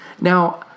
Now